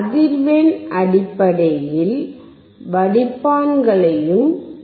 அதிர்வெண் அடிப்படையில் வடிப்பான்களையும் பார்த்தோம்